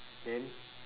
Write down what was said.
then